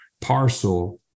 parcel